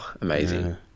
amazing